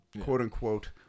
quote-unquote